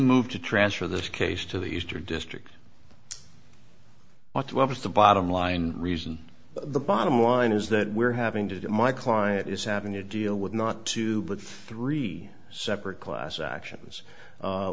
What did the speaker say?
move to transfer this case to the eastern district what was the bottom line reason the bottom line is that we're having to my client is having to deal with not two but three separate class actions